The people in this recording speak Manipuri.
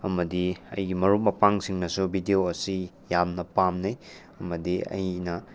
ꯑꯃꯗꯤ ꯑꯩꯒꯤ ꯃꯔꯨꯞ ꯃꯄꯥꯡꯁꯤꯡꯅꯁꯨ ꯚꯤꯗꯤꯌꯣ ꯑꯁꯤ ꯌꯥꯝꯅ ꯄꯥꯝꯅꯩ ꯑꯃꯗꯤ ꯑꯩꯅ